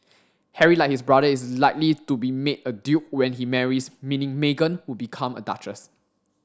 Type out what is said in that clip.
Harry like his brother is likely to be made a duke when he marries meaning Meghan would become a duchess